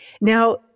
Now